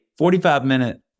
45-minute